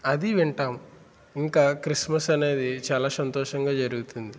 అది వింటాం ఇంకా క్రిస్మస్ అనేది చాలా సంతోషంగా జరుగుతుంది